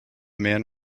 man